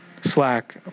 Slack